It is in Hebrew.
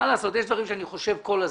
מה לעשות, יש דברים שאני חושב כל הזמן.